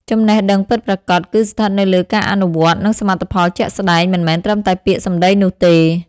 ចំណេះដឹងពិតប្រាកដ គឺស្ថិតនៅលើការអនុវត្ត និងសមិទ្ធផលជាក់ស្ដែង មិនមែនត្រឹមតែពាក្យសម្ដីនោះទេ។